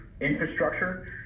infrastructure